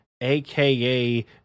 aka